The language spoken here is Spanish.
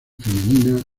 femenina